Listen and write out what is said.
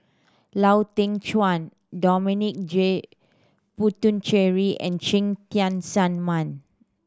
Lau Teng Chuan Dominic J Puthucheary and Cheng Tian Sun Man